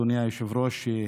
אדוני היושב-ראש,